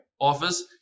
office